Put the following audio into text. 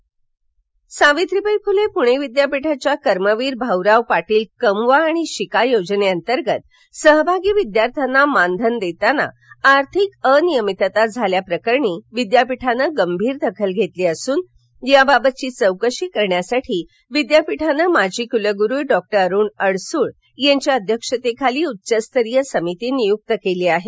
पुणे विद्यापीठ सावित्रीबाई फुले पुणे विद्यापीठाच्या कर्मवीर भाऊराव पाटील कमवा आणि शिका योजनेंतर्गत सहभागी विद्यार्थ्यांना मानधन देताना आर्थिक अनियमितता झाल्या प्रकरणी विद्यापीठाने गंभीर दखल घेतली असून याबाबतची चौकशी करण्यासाठी विद्यापीठाने माजी कुलगुरू डॉक्टर अरुण अडसूळ यांच्या अध्यक्षतेखाली उच्चस्तरीय समिती नियुक्त केली आहे